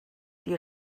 die